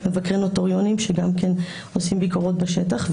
מבקרי נוטריונים שעושים ביקורות גם בשטח,